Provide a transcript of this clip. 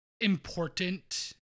important